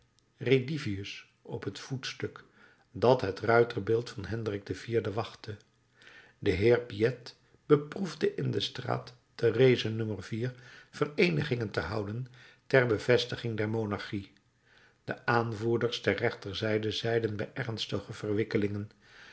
redivivus op het voetstuk dat het ruiterbeeld van hendrik iv wachtte de heer piet beproefde in de straat te rezen noen te houden ter bevestiging der monarchie de aanvoerders der rechterzijde zeiden bij ernstige verwikkelingen